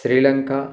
Sri Lanka